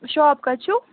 shop کَتہِ چھُو